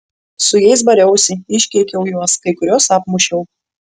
su jais bariausi iškeikiau juos kai kuriuos apmušiau